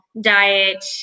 diet